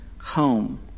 home